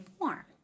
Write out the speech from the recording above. warm